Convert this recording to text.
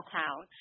town